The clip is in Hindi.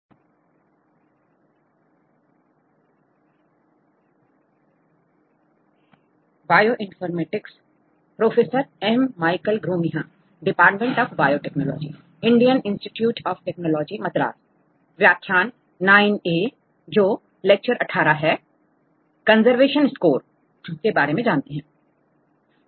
इस व्याख्यान में हम कंजर्वेशन स्कोर के बारे में जानेंगे